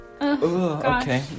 Okay